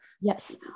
yes